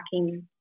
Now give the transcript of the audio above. tracking